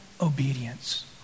obedience